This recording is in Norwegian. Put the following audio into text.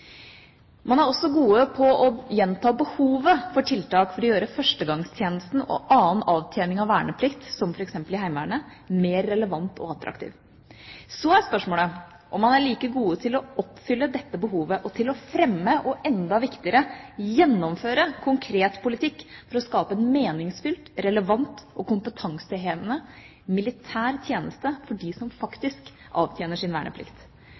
Man er også god på å gjenta behovet for tiltak for å gjøre førstegangstjenesten og annen avtjening av verneplikt, som f.eks. i Heimevernet, mer relevant og attraktiv. Så er spørsmålet om man er like god til å oppfylle dette behovet og til å fremme – og enda viktigere – gjennomføre konkret politikk for å skape en meningsfylt, relevant og kompetansehevende militær tjeneste for dem som faktisk avtjener sin verneplikt.